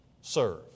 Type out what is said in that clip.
Serve